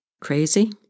Crazy